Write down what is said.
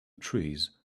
trees